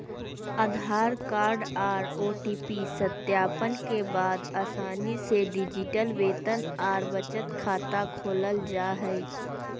आधार card आर OTP सत्यापन के बाद आसानी से डिजिटल वेतन आर बचत खाता खोलल जा हय